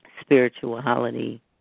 spirituality